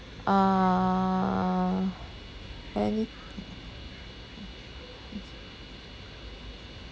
err any